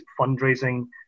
fundraising